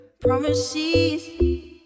promises